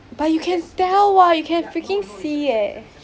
but you can tell [what] you can freaking see eh